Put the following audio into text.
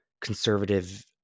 conservative